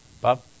Bob